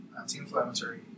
anti-inflammatory